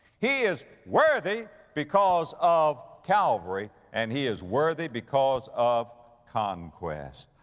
he is worthy because of calvary. and he is worthy because of conquest.